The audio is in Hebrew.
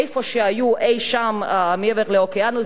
איפה שהיו אי-שם מעבר לאוקיינוס,